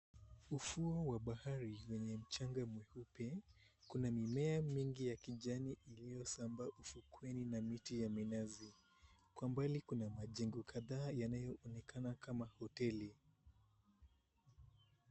Ufuo wa bahari wenye mchanga mweupe kuna mimea mingi ya kijani imesambaa ufukweni na minazi. Kwa mbali kuna majengo kadhaa yanaonekana kama hoteli.